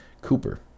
Cooper